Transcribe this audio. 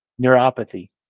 neuropathy